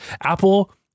apple